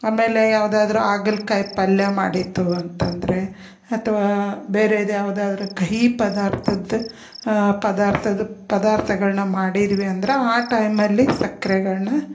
ಆಮೇಲೆ ಯಾವುದಾದ್ರು ಹಾಗಲ್ ಕಾಯಿ ಪಲ್ಯ ಮಾಡಿತ್ತು ಅಂತಂದರೆ ಅಥವಾ ಬೇರೆದು ಯಾವುದಾದ್ರು ಕಹಿ ಪದಾರ್ಥದ ಪದಾರ್ಥದ ಪದಾರ್ಥಗಳನ್ನ ಮಾಡಿದ್ವಿ ಅಂದ್ರೆ ಆ ಟೈಮಲ್ಲಿ ಸಕ್ಕರೆಗಳ್ನ